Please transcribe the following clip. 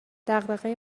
دغدغه